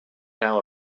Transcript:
now